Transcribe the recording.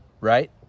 right